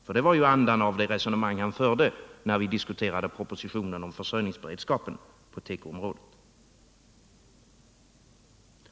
För det var ju andan i det resonemang han förde när vi diskuterade propositionen om försörjningsberedskapen på tekoområdet.